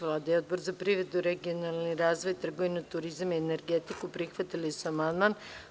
Vlada i Odbor za privredu, regionalni razvoj, trgovinu, turizam i energetiku prihvatili su amandman.